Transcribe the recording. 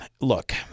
look